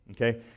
Okay